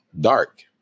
dark